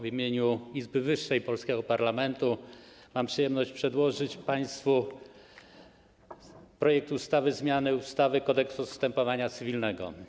W imieniu Izby wyższej polskiego parlamentu mam przyjemność przedłożyć państwu projekt ustawy o zmianie ustawy - Kodeks postępowania cywilnego.